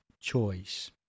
choice